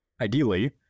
Ideally